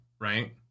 right